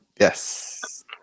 Yes